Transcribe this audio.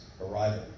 arrival